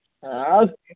ଆଉ